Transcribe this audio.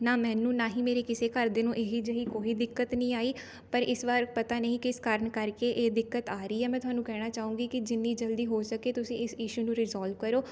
ਨਾ ਮੈਨੂੰ ਨਾ ਹੀ ਮੇਰੇ ਕਿਸੇ ਘਰਦੇ ਨੂੰ ਇਹੋ ਜਿਹੀ ਕੋਈ ਦਿੱਕਤ ਨਹੀਂ ਆਈ ਪਰ ਇਸ ਵਾਰ ਪਤਾ ਨਹੀਂ ਕਿਸ ਕਾਰਨ ਕਰਕੇ ਇਹ ਦਿੱਕਤ ਆ ਰਹੀ ਹੈ ਮੈਂ ਤੁਹਾਨੂੰ ਕਹਿਣਾ ਚਾਹੁੰਗੀ ਕਿ ਜਿੰਨੀ ਜਲਦੀ ਹੋ ਸਕੇ ਤੁਸੀਂ ਇਸ ਇਸ਼ੂ ਨੂੰ ਰੀਸੌਲਵ ਕਰੋ